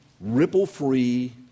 ripple-free